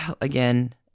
again